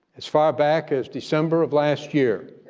as far back as december of last year,